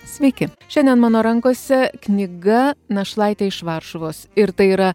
sveiki šiandien mano rankose knyga našlaitė iš varšuvos ir tai yra